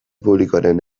publikoaren